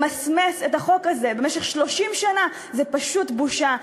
למסמס את החוק הזה במשך 30 שנה זה פשוט בושה.